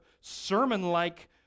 sermon-like